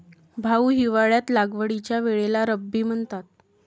भाऊ, हिवाळ्यात लागवडीच्या वेळेला रब्बी म्हणतात